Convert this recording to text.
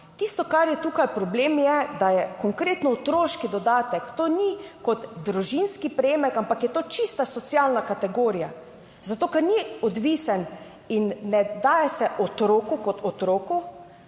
Tisto, kar je tukaj problem, je, da je konkretno otroški dodatek, to ni kot družinski prejemek, ampak je to čista socialna kategorija, zato ker ni odvisen in ne da se otroku kot otroku,